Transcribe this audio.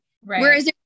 Whereas